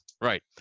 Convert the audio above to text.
right